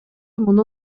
муну